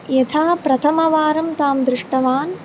यथा प्रथमवारं तां दृष्टवान्